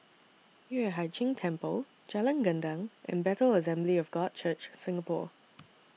Yueh Hai Ching Temple Jalan Gendang and Bethel Assembly of God Church Singapore